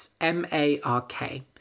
M-A-R-K